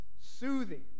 soothing